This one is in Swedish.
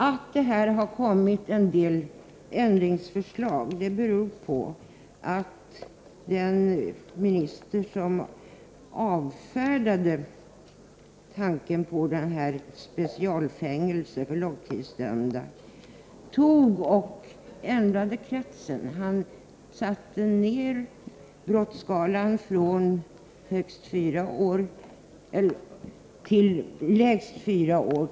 Att det har kommit en del ändringsförslag beror på att den minister som avfärdade tanken på specialfängelse för långstidsdömda ändrade personkretsen. Han satte ner straffskalan från lägst 4 år till lägst 2 år.